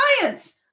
science